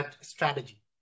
strategy